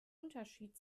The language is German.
unterschied